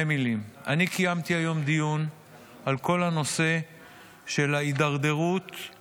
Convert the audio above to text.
מכיוון שמצאנו שיש התנגדות לחלק